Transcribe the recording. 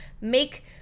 make